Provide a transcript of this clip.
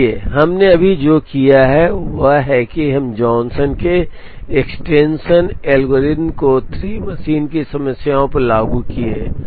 इसलिए हमने अभी जो किया है वह है कि हमने जॉनसन के एक्सटेंशन एल्गोरिदम को 3 मशीन की समस्या पर लागू किया है